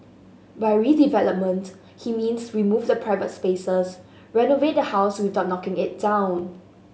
by redevelopment he means remove the private spaces renovate the house without knocking it down